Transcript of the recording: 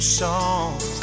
songs